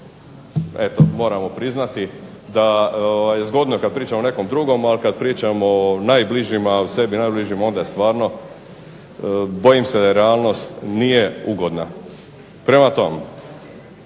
koju moramo priznati da je zgodno kada pričamo o nekom drugom, ali kada pričamo o najbližima onda stvarno bojim se da realnost nije ugodna. Prema tome,